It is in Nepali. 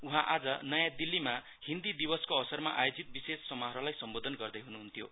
उहाँ आज नयाँ दिल्लीमा हिन्दी दिवसको अवसरमा आयोजित विशेष समारोहलाई सम्बोधन गर्दैहुनुहुन्थ्यो